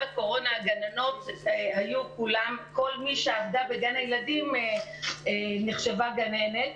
הקורונה הגננות היו כולן כל מי שעבדה בגן הילדים נחשבה גננת,